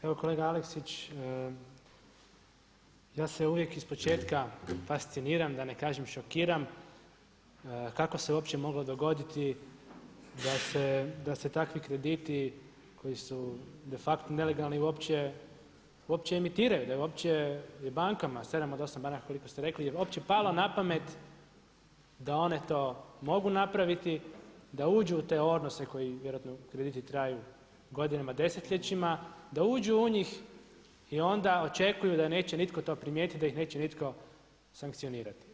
Evo kolega Aleksić ja se uvijek ispočetka fasciniram, da ne kažem šokiram kako se uopće moglo dogoditi da se takvi krediti koji su de facto nelegalni uopće emitiraju, da uopće bankama, 7 od 8 banaka koliko ste rekli uopće pada na pamet da one to mogu napraviti, da uđu u te odnose koji vjerojatno traju godinama, desetljećima, da uđu u njih i onda očekuju da neće nitko to primijetiti, da ih neće nitko sankcionirati.